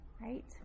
right